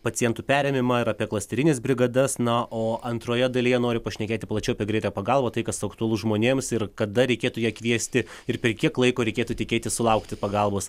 pacientų perėmimą ir apie klasterines brigadas na o antroje dalyje noriu pašnekėti plačiau apie greitą pagalbą tai kas aktualu žmonėms ir kada reikėtų ją kviesti ir per kiek laiko reikėtų tikėtis sulaukti pagalbos